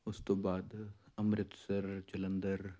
ਉਸ ਤੋਂ ਬਾਅਦ ਅੰਮ੍ਰਿਤਸਰ ਜਲੰਧਰ